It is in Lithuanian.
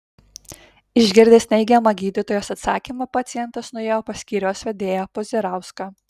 išgirdęs neigiamą gydytojos atsakymą pacientas nuėjo pas skyriaus vedėją puzirauską